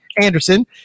Anderson